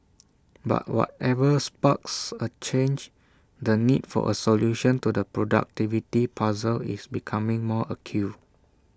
but whatever sparks A change the need for A solution to the productivity puzzle is becoming more acute